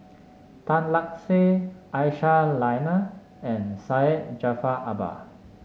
Tan Lark Sye Aisyah Lyana and Syed Jaafar Albar